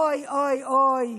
אוי אוי אוי,